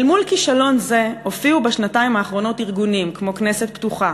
אל מול כישלון זה הופיעו בשנתיים האחרונות ארגונים כמו "כנסת פתוחה",